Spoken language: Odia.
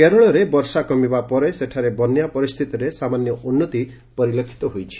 କେରଳରେ ବର୍ଷା କମିବା ପରେ ସେଠାରେ ବନ୍ୟା ପରିସ୍ଥିତିରେ ସାମାନ୍ୟ ଉନ୍ତି ପରିଲକ୍ଷିତ ହୋଇଛି